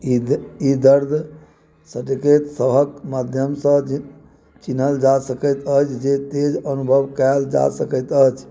ई द ई दर्द संङ्केतसभक माध्यमसँ चिन्हल जा सकैत अछि जे तेज अनुभव कयल जा सकैत अछि